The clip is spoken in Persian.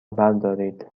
بردارید